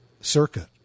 Circuit